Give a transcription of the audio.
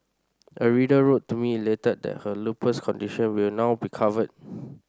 a reader wrote to me elated that her lupus condition will now be covered